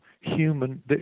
human